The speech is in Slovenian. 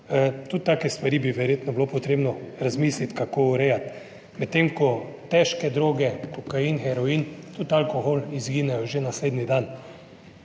Tudi take stvari bi verjetno bilo potrebno razmisliti, kako urejati. Medtem ko težke droge, kokain, heroin, tudi alkohol, izginejo že naslednji dan.